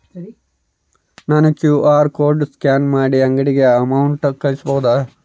ನಾನು QR code scan ಮಾಡಿ ಅಂಗಡಿಗೆ ಅಮೌಂಟ್ ಕಳಿಸಬಹುದಾ?